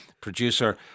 producer